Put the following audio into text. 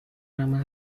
ramas